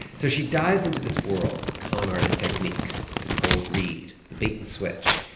so she dives into this world of con artist techniques the cold read, the bait-and-switch.